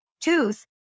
tooth